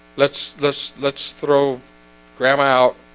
let's let's let's throw grandma out